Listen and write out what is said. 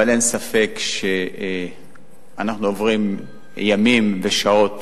אבל אין ספק שאנחנו עוברים ימים ושעות